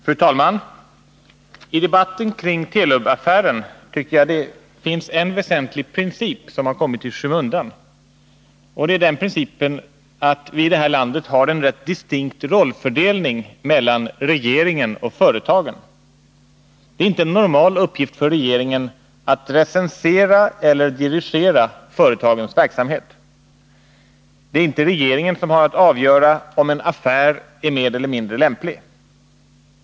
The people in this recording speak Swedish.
Fru talman! I debatten kring Telub-affären är det, tycker jag, en väsentlig princip som kommit i skymundan. Det är principen att vi här i landet har en rätt distinkt rollfördelning mellan regeringen och företagen. Det är inte en normal uppgift för regeringen att recensera eller dirigera företagens verksamhet. Det är inte regeringen som har att avgöra om en affär är mer eller mindre lämplig.